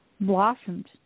blossomed